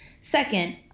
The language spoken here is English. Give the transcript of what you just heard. Second